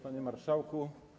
Panie Marszałku!